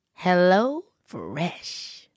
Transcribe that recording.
HelloFresh